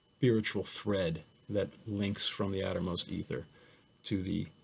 spiritual thread that links from the outermost ether to the